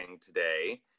today